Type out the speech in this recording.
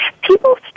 people